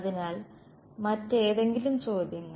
അതിനാൽ മറ്റേതെങ്കിലും ചോദ്യങ്ങൾ